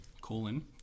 colon